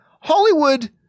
Hollywood